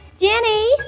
Jenny